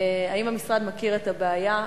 האם המשרד מכיר את הבעיה?